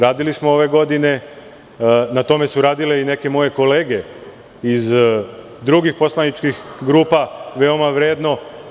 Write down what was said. Radili smo ove godine i na tome su radile i neke moje kolege iz drugih poslaničkih grupa, veoma vredno.